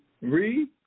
Read